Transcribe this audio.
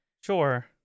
Sure